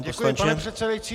Děkuji, pane předsedající.